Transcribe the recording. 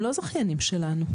הם לא זכיינים שלנו.